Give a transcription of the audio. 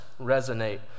resonate